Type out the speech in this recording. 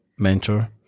Mentor